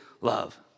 love